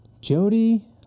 Jody